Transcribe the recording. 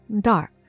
dark